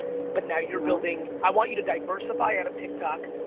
but now you're building. i want you to diversify out of tik tok,